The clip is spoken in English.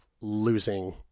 losing